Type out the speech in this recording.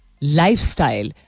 lifestyle